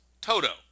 Toto